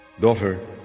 Daughter